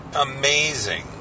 amazing